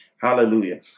Hallelujah